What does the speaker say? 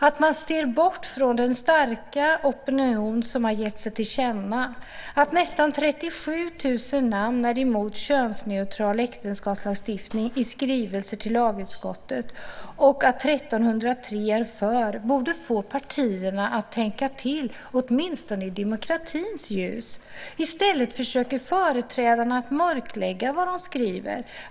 Att man ser bort från den starka opinion som gett sig till känna, att nästan 37 000 namn i skrivelser till lagutskottet är mot en könsneutral äktenskapslagstiftning och att 1 303 är för, borde få partierna att tänka till - åtminstone i demokratins ljus. I stället försöker företrädarna mörklägga vad de skriver.